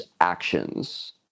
actions